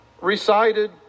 recited